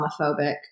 Islamophobic